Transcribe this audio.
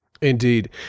Indeed